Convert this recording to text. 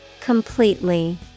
Completely